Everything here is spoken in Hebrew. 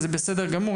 וזה בסדר גמור.